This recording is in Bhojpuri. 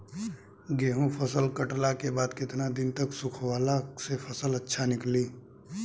गेंहू फसल कटला के बाद केतना दिन तक सुखावला से फसल अच्छा निकली?